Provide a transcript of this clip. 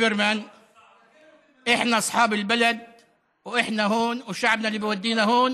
והעם ששלח אותנו כאן,